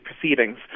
proceedings